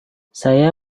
saya